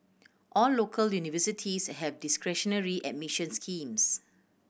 all local universities have discretionary admission schemes